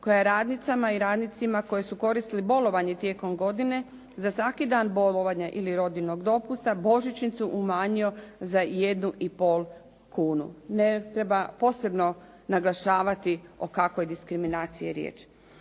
koja radnicima i radnicama koji su koristili bolovanja tijekom godine za svaki dan bolovanja ili rodiljnog dopusta božićnicu umanjio za jednu i pol kunu. Ne treba posebno naglašavati o kakvoj diskriminaciji je riječ.